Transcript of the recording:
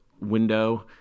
window